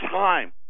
time